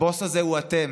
הבוס הזה הוא אתם.